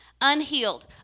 Unhealed